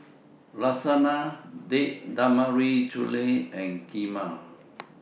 Lasagna Date Tamarind Chutney and Kheema